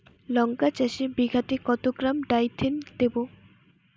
লঙ্কা চাষে বিঘাতে কত গ্রাম ডাইথেন দেবো?